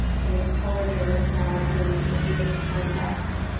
kind of color their response and and give context.